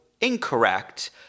incorrect